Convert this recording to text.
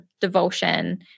devotion